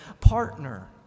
partner